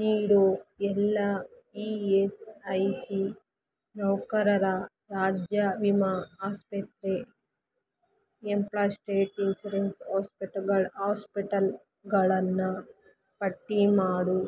ನೀಡೋ ಎಲ್ಲ E S I C ನೌಕರರ ರಾಜ್ಯ ವಿಮಾ ಆಸ್ಪತ್ರೆ ಎಂಪ್ಲಾಯ್ ಸ್ಟೇಟ್ ಇನ್ಸುರೆನ್ಸ್ ಆಸ್ಪೆಟಗಳ ಆಸ್ಪೆಟಲ್ಗಳನ್ನು ಪಟ್ಟಿ ಮಾಡು